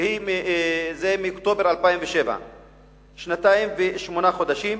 והיא מאוקטובר 2007. שנתיים ושמונה חודשים.